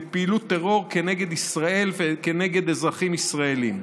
לפעילות טרור כנגד ישראל וכנגד אזרחים ישראלים.